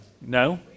No